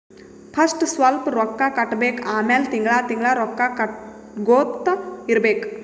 first ಸ್ವಲ್ಪ್ ರೊಕ್ಕಾ ಕಟ್ಟಬೇಕ್ ಆಮ್ಯಾಲ ತಿಂಗಳಾ ತಿಂಗಳಾ ರೊಕ್ಕಾ ಕಟ್ಟಗೊತ್ತಾ ಇರ್ಬೇಕ್